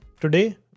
Today